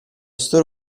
store